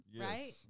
right